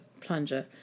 plunger